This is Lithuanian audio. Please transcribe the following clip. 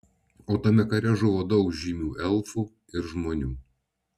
o tame kare žuvo daug žymių elfų ir žmonių